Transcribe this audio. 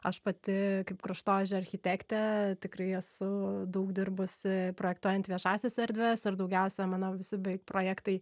aš pati kaip kraštovaizdžio architektė tikrai esu daug dirbusi projektuojant viešąsias erdves ir daugiausia mano visi bei projektai